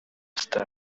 star